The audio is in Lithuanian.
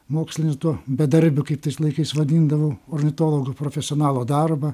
moksliniu tuo bedarbiu kaip tais laikais vadindavau ornitologo profesionalo darbą